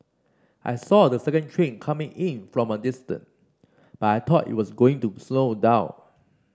I saw the second train coming in from a distance but I thought it was going to slow down